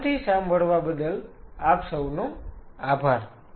ધ્યાનથી સાંભળવા બદલ આપ સૌનો આભાર